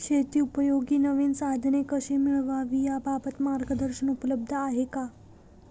शेतीउपयोगी नवीन साधने कशी मिळवावी याबाबत मार्गदर्शन उपलब्ध आहे का?